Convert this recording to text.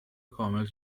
کامل